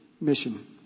mission